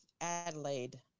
Adelaide